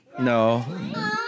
No